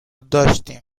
داشتیم